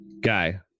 Guy